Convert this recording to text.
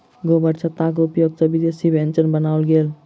गोबरछत्ताक उपयोग सॅ विदेशी व्यंजनक बनाओल गेल